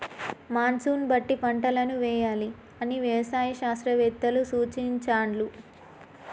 monsoon బట్టి పంటలను వేయాలి అని వ్యవసాయ శాస్త్రవేత్తలు సూచించాండ్లు